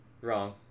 Wrong